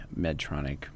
Medtronic